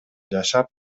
жашап